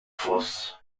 voß